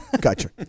gotcha